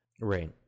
Right